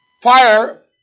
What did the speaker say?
fire